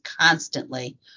constantly